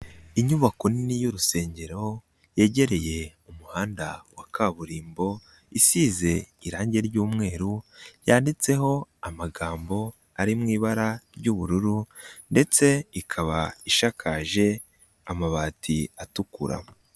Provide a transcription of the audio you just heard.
Inyubako nini y'urusengero, yegereye umuhanda wa kaburimbo, isize irangi ry'umweru, yanditseho amagambo ari mu ibara ry'ubururu ndetse ikaba ishakakaje amabati atukura.